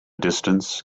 distance